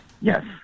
Yes